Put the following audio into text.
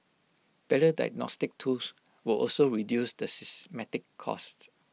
better diagnostics tools will also reduce the systemic cost